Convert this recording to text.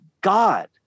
God